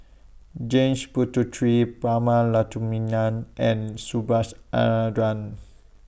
James Puthucheary Prema Letchumanan and Subhas Anandan